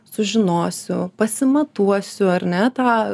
sužinosiu pasimatuosiu ar ne tą